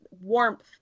warmth